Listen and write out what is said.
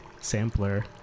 sampler